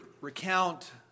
recount